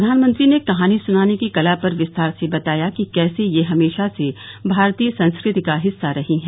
प्रधानमंत्री मोदी ने कहानी सुनाने की कला पर विस्तार से बताया कि कैसे यह हमेशा से भारतीय संस्कृति का हिस्सा रही है